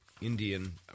Indian